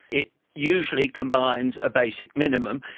it usually combines a basic minimum.